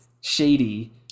shady